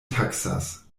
taksas